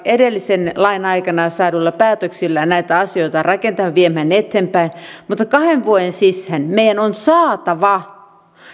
edellisen lain aikana saaduilla päätöksillä näitä asioita rakentamaan ja viemään eteenpäin mutta kahden vuoden sisään meidän on saatava